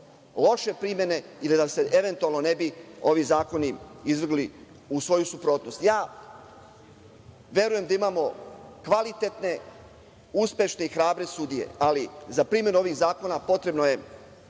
loše primene i da nam se, eventualno, ne bi ovi zakoni izvrgli u svoju suprotnost. Verujem da imamo kvalitetne, uspešne i hrabre sudije, ali za primenu ovih zakona potrebno je